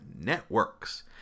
networks